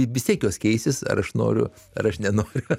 vis tiek jos keisis ar aš noriu ar aš nenoriu